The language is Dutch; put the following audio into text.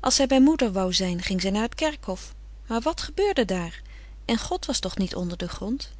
als zij bij moeder wou zijn ging zij naar t kerkhof maar wat gebeurde daar en god was toch niet onder den grond